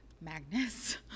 Magnus